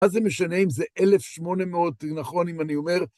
מה זה משנה אם זה אלף שמונה מאות, נכון, אם אני אומר...